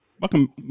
Welcome